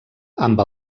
amb